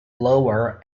lower